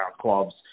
clubs